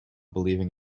believing